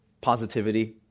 positivity